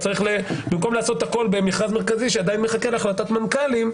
במקום לעשות הכול במכרז מרכזי שעדיין מחכה להחלטת מנכ"לים,